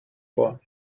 vor